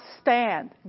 stand